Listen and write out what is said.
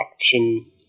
action